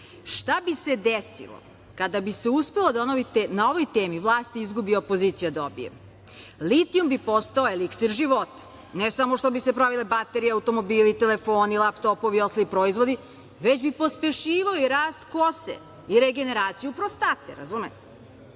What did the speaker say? Šta bi se desilo kada bi se uspelo da na ovoj temi vlast izgubi, a opozicija dobije? Litijum bi postao eliksir života, ne samo što bi se pravile baterije, automobili, telefoni, laptopovi i ostali proizvodi, već bi pospešivali rast kose i regeneraciju prostate, razumete. Predlog